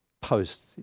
post